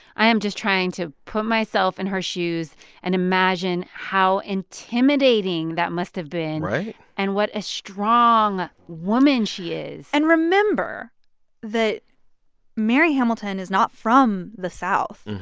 i am just trying to put myself in her shoes and imagine how intimidating that must have been. right. and what a strong woman she is and remember that mary hamilton is not from the south.